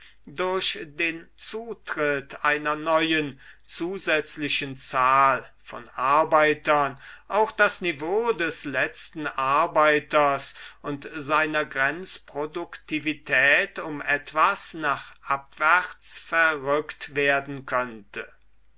durch den zutritt einer neuen zusätzlichen zahl von arbeitern auch da s niveau des letzten arbeiters und seiner grenzproduktivität um etwas nach abwärts verrückt werden könnte